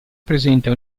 presenta